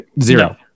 zero